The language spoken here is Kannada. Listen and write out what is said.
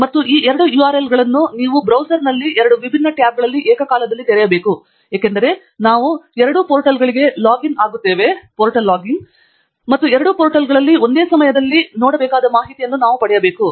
ಮತ್ತು ಈ ಎರಡು URL ಗಳನ್ನು ನಿಮ್ಮ ಬ್ರೌಸರ್ನಲ್ಲಿ ಎರಡು ವಿಭಿನ್ನ ಟ್ಯಾಬ್ಗಳಲ್ಲಿ ಏಕಕಾಲದಲ್ಲಿ ತೆರೆಯಬೇಕು ಏಕೆಂದರೆ ನಾವು ಎರಡೂ ಪೋರ್ಟಲ್ಗಳಿಗೆ ಲಾಗಿಂಗ್ ಆಗುತ್ತೇವೆ ಮತ್ತು ಎರಡೂ ಪೋರ್ಟಲ್ಗಳಲ್ಲಿ ಒಂದೇ ಸಮಯದಲ್ಲಿ ನೋಡಬೇಕಾದ ಮಾಹಿತಿಯನ್ನು ನಾವು ಪಡೆಯಬೇಕು